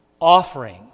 offering